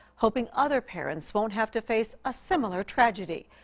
hoping other parents won't have to face a similar tragedy.